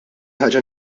ħaġa